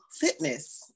fitness